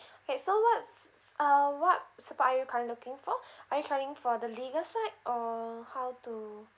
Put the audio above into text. okay so what's uh what support are you currently looking for are currently looking for the legal side or how to